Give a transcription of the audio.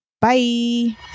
Bye